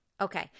Okay